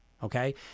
Okay